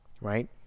right